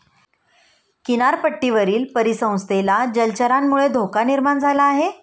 किनारपट्टीवरील परिसंस्थेला जलचरांमुळे धोका निर्माण झाला आहे